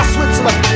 Switzerland